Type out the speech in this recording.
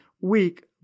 weak